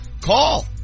Call